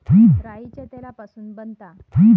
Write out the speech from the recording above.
राईच्या तेलापासून बनता